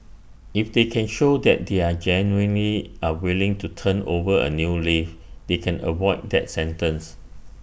if they can show that they genuinely are willing to turn over A new leaf they can avoid that sentence